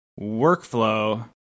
workflow